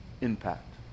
impact